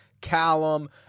Callum